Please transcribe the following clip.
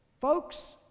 folks